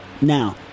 Now